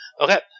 Okay